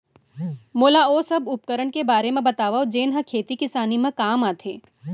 मोला ओ सब उपकरण के बारे म बतावव जेन ह खेती किसानी म काम आथे?